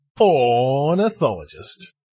Ornithologist